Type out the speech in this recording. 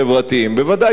ודאי שיש,